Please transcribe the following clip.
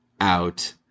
out